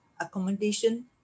Accommodation